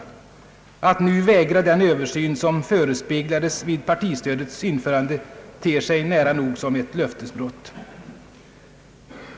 Att nu vägra den översyn som förespeglades vid partistödets införande ter sig nära nog som ett löftesbrott.